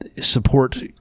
support